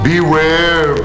Beware